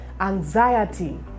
anxiety